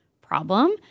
problem